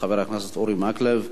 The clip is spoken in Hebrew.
חבר הכנסת אורי מקלב.